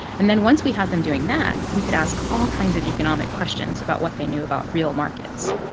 and then once we had them doing that, we could ask all kinds of economic questions about what they knew about real markets